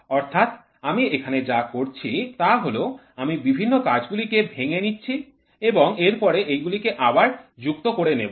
অর্থাৎ আমি এখানে যা করছি তা হল আমি বিভিন্ন কাজগুলি কে ভেঙে নিচ্ছি এবং এরপরে এগুলি কে আবার যুক্ত করে নেব